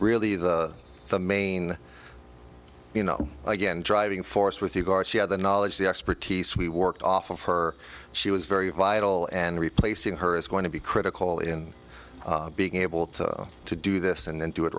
really the the main you know again driving force with the guard she had the knowledge the expertise we worked off of her she was very vital and replacing her is going to be critical in being able to to do this and